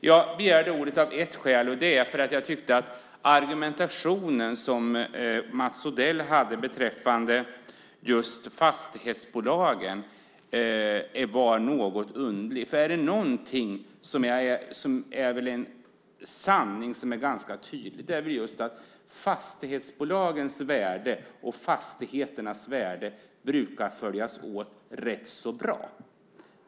Jag begärde ordet eftersom jag tyckte att Mats Odells argumentation beträffande fastighetsbolagen var något underlig. Om det är någon sanning som är tydlig så är det den att just fastighetsbolagens värde och fastigheternas värde brukar följas åt rätt så bra.